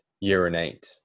urinate